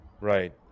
right